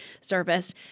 service